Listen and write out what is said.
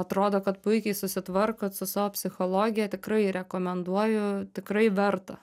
atrodo kad puikiai susitvarkot su savo psichologija tikrai rekomenduoju tikrai verta